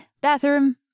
bathroom